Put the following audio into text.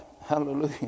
Hallelujah